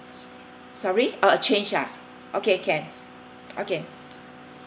sorry oh change lah okay can okay